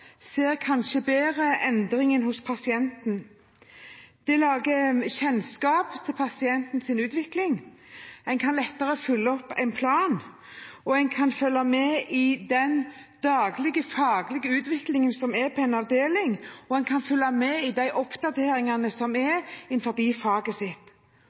kanskje til at man bedre ser endringer hos pasienten. Det gir kjennskap til pasientens utvikling. Man kan lettere følge opp en plan, og man kan følge med i den daglige faglige utviklingen som er på en avdeling, og man kan følge opp de oppdateringene som skjer i faget sitt.